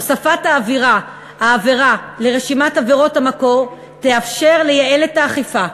הוספת העבירה לרשימת עבירות המקור תאפשר לייעל את האכיפה,